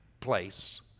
place